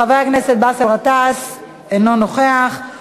אינו נוכח.